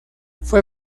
fue